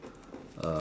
uh